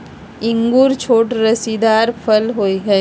इंगूर छोट रसीदार फल होइ छइ